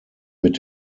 mit